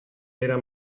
era